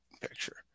picture